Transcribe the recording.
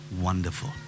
wonderful